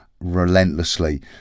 relentlessly